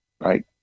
right